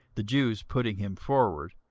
the jews putting him forward.